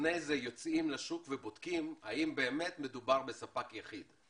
לפני זה יוצאים לשוק ובודקים האם באמת מדובר בספק יחיד.